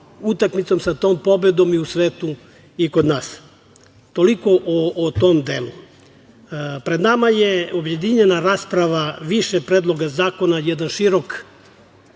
utakmicom, sa tom pobedom i u svetu i kod nas. Toliko o tom delu. Pred nama je objedinjena rasprava više predloga zakona, jedan širok